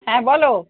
হ্যাঁ বলো